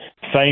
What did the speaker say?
thank